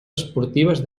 esportives